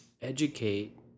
educate